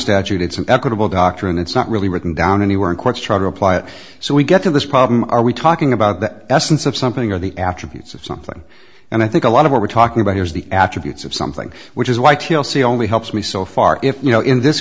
statute it's an equitable doctrine it's not really written down anywhere in courts try to apply it so we get to this problem are we talking about the essence of something or the attributes of something and i think a lot of what we're talking about here is the attributes of something which is why t l c only helps me so far if you know in this